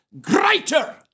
greater